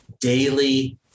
daily